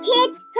Kids